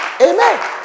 Amen